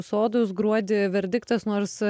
sodus gruodį verdiktas nors